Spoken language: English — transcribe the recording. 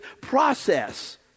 process